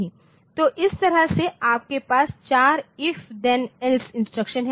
तो इस तरह से आपके पास 4 इफ देन एल्स इंस्ट्रक्शन हैं